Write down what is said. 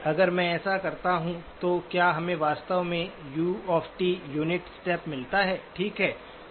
अगर मैं ऐसा करता हूं तो क्या हमें वास्तव में U T u unit step मिलता है ठीक है